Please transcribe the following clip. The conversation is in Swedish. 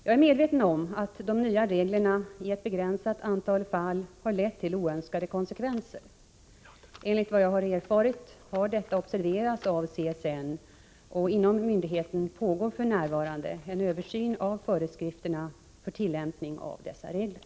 Jag är medveten om att de nya reglerna i ett begränsat antal fall har lett till oönskade konsekvenser. Enligt vad jag har erfarit har detta observerats av CSN, och inom myndigheten pågår f.n. en översyn av föreskrifterna för tillämpning av dessa regler.